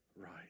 Right